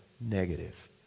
negative